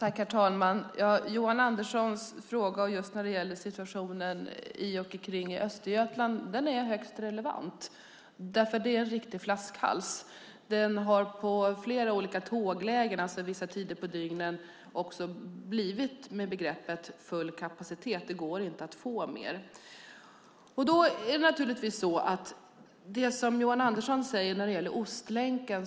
Herr talman! Johan Anderssons fråga när det gäller situationen i och kring Östergötland är högst relevant. Det är nämligen en riktig flaskhals. På flera olika tåglägen, alltså vissa tider på dygnen, har det också blivit full kapacitet. Det går inte att få mer. Johan Andersson talade om Ostlänken.